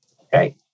Okay